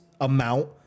amount